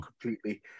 completely